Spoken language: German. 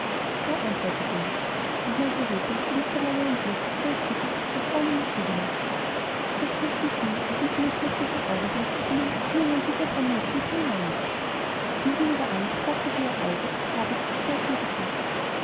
er antwortete nicht und margarete hatte nicht einmal einen blick für seine zukünftige vornehme schwiegermutter was wußte sie in diesem entsetzlichen augenblick von den beziehungen dieser drei menschen zu einander in wilder angst haftete ihr auge auf herberts verstörtem gesicht